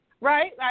right